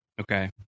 Okay